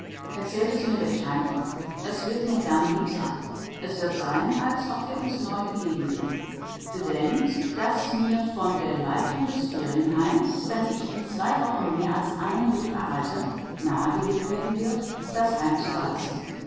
erzählt es mir wenn ich heimkomme es wird mir dann lieb sein es wird sein als ob wir uns neu gegeben wären bedenkt daß mir von der leitung des ferienheims wenn ich in zwei wochen mehr als einen brief erhalte nahegelegt werden wird das heim zu verlassen